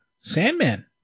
Sandman